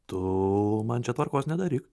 tu man čia tvarkos nedaryk